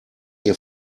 ihr